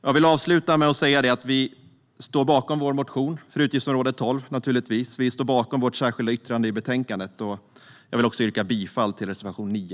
Jag vill avsluta med att säga att vi står bakom vår motion för utgiftsområde 12. Vi står bakom vårt särskilda yttrande. Jag vill också yrka bifall till reservation 9.